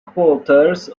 quarters